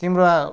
तिम्रो